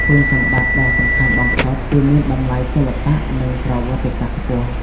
គុណសម្បត្តិដ៏សំខាន់បំផុតគឺមានតម្លៃសិល្បៈនិងប្រវត្តិសាស្ត្រខ្ពស់។